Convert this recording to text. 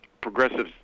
progressives